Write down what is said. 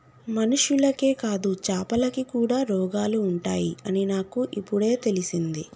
మనుషులకే కాదు చాపలకి కూడా రోగాలు ఉంటాయి అని నాకు ఇపుడే తెలిసింది